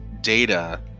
data